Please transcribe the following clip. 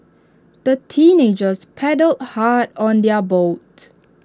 the teenagers paddled hard on their boat